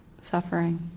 suffering